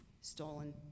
stolen